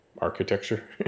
architecture